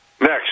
next